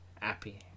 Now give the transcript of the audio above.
happy